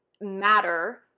matter